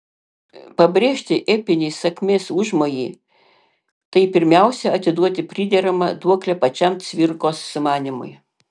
pabrėžti epinį sakmės užmojį tai pirmiausia atiduoti prideramą duoklę pačiam cvirkos sumanymui